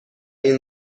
این